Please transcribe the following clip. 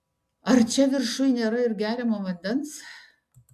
ar čia viršuj nėra ir geriamo vandens